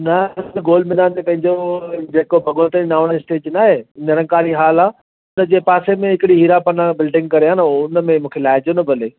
न गोल मैदान ते पंहिंजो जेको भगवंती नावाणी स्टेशन आहे निरंकारी हॉल आहे उनजे पासे में हिकिड़ी हीरा पन्ना बिल्डिंग करे आहे उहो उन में मूंखे लाइजो न भले